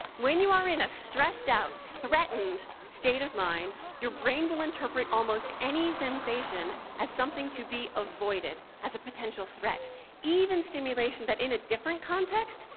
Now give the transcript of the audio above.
when you are in a stressed-out, threatened state of mind, your brain will interpret almost any sensation as something to be avoided, as a potential threat even stimulation that in a different context,